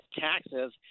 taxes